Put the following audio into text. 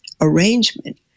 arrangement